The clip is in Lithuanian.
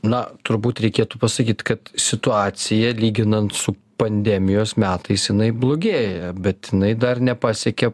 na turbūt reikėtų pasakyt kad situacija lyginant su pandemijos metais jinai blogėja bet jinai dar nepasiekė